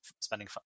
spending